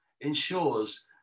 ensures